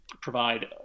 provide